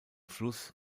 fluss